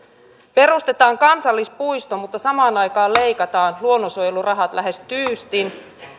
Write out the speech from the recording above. perustetaan kansallispuisto mutta samaan aikaan leikataan luonnonsuojelurahat lähes tyystin